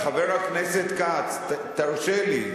חבר הכנסת כץ, תרשה לי.